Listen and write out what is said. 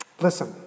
Listen